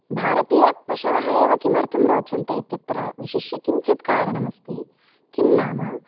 भारतीयपशवः एव किमर्थं रोचन्ते इत्यत्र विशिष्य किञ्चित् कारणमस्ति किं नाम